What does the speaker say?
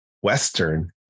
Western